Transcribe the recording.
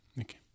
okay